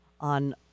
On